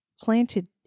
planted